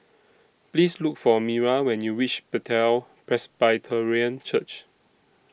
Please Look For Myra when YOU REACH Bethel Presbyterian Church